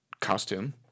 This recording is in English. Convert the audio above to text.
costume